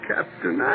Captain